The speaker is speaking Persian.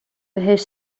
بهش